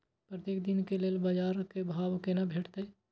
प्रत्येक दिन के लेल बाजार क भाव केना भेटैत?